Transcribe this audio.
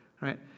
right